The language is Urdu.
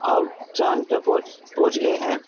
اور چاند پہ پہنچ پہنچ گئے ہیں